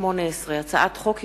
פ/1684/18 וכלה בהצעת חוק פ/1695/18,